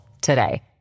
today